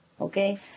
okay